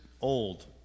old